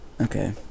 Okay